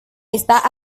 está